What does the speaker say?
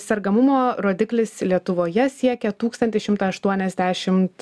sergamumo rodiklis lietuvoje siekė tūkstantį šimtą aštuoniasdešimt